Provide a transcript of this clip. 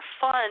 fun